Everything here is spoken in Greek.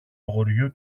αγοριού